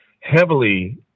heavily